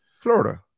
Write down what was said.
Florida